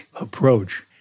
approach